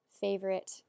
favorite